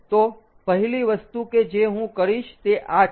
તો પહેલી વસ્તુ કે જે હું કરીશ તે આ છે